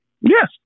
Yes